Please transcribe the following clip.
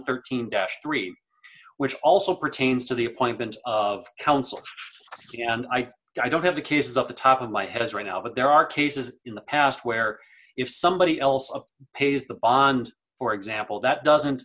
thirteen dash three which also pertains to the appointment of counsel and i i don't have the case of the top of my head right now but there are cases in the past where if somebody else of pays the bond for example that doesn't